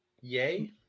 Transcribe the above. Yay